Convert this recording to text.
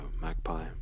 Magpie